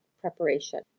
preparation